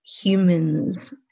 humans